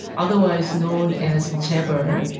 otherwise known as chaebol,